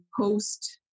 post